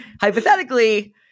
hypothetically